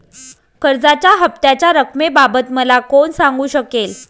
कर्जाच्या हफ्त्याच्या रक्कमेबाबत मला कोण सांगू शकेल?